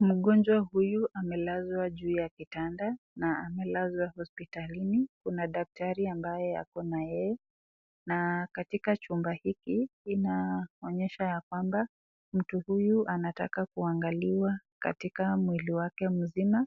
Mgonjwa huyu amelazwa juu ya kitanda na amelazwa hospitalini. Kuna daktari ambaye ako na yeye. Na katika chumba hiki, inaonyesha ya kwamba mtu huyu anataka kuangaliwa katika mwili wake mzima.